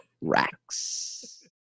racks